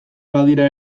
badira